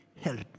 help